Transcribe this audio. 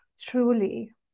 truly